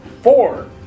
Four